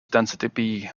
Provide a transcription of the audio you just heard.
density